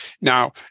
Now